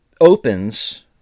opens